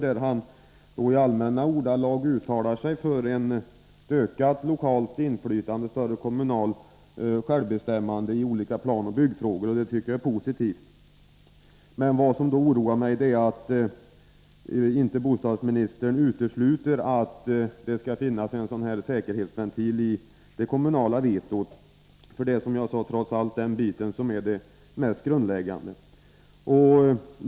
Bostadsministern uttalar sig i allmänna ordalag för ett större lokalt inflytande, ett ökat kommunalt självbestämmande, i olika planoch byggfrågor, och det är positivt. Vad som oroar mig är att bostadsministern inte utesluter att det skall finnas en sådan här ”säkerhetsventil” i det kommunala vetot.